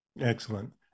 Excellent